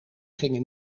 gingen